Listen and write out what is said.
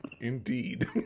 indeed